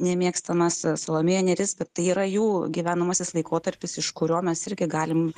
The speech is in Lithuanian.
nemėgstamas salomėja nėris tai yra jų gyvenamasis laikotarpis iš kurio mes irgi galim